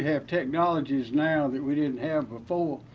have technologies now that we didn't have before.